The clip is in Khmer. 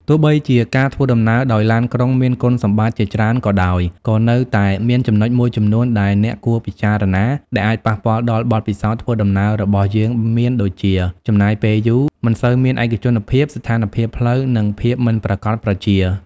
ទោះបីជាការធ្វើដំណើរដោយឡានក្រុងមានគុណសម្បត្តិជាច្រើនក៏ដោយ ក៏នៅតែមានចំណុចមួយចំនួនដែលអ្នកគួរពិចារណា ដែលអាចប៉ះពាល់ដល់បទពិសោធន៍ធ្វើដំណើររបស់យើងមានដូចជា ចំណាយពេលយូរ មិនសូវមានឯកជនភាព ស្ថានភាពផ្លូវ និងភាពមិនប្រាកដប្រជា។